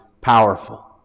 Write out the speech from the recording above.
powerful